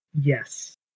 Yes